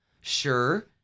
Sure